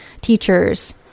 teachers